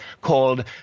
called